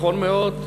נכון מאוד,